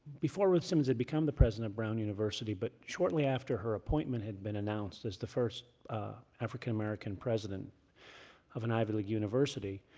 before ruth simmons had become the president of brown university, but shortly after her appointment had been announced as the first african-american president of an ivy league university,